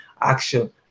action